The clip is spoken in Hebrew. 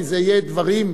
כי זה יהיה דברים,